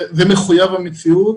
זה מחויב המציאות